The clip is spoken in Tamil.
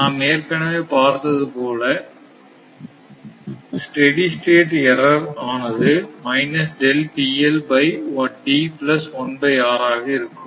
நாம் ஏற்கனவே பார்த்ததுபோல ஸ்டெடி ஸ்டேட் எர்ரர் ஆனது ஆக இருக்கும்